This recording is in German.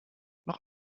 noch